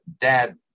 dad